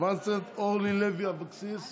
חברת הכנסת אורלי לוי אבקסיס,